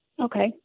Okay